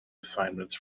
assignments